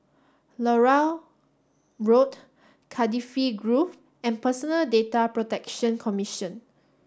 Larut Road Cardifi Grove and Personal Data Protection Commission